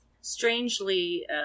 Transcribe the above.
Strangely